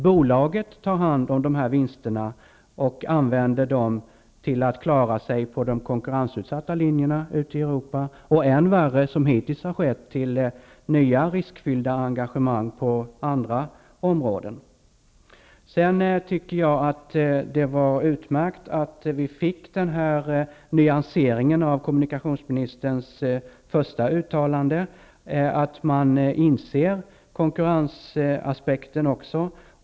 Bolaget tar hand om vinsterna och använder dem för att klara sig på de konkurrensutsatta linjerna i Europa, och än värre, som hittills har skett, till nya riskfyllda engagemang på andra områden. Det var utmärkt att vi fick en nyansering av kommunikationsministerns första uttalande, dvs. att man även inser konkurrensaspekten.